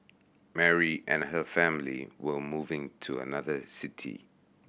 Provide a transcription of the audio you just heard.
Mary and her family were moving to another city